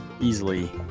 easily